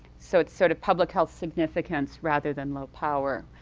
so it's sort of public health significance rather than low power.